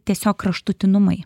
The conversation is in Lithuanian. tiesiog kraštutinumai